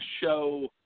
show